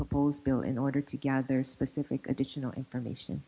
proposed bill in order to gather specific additional information